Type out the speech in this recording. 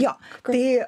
jo tai